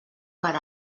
per